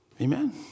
Amen